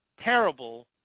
terrible